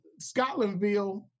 Scotlandville